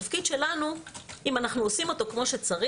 אם אנחנו עושים את התפקיד שלנו כמו שצריך,